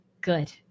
Good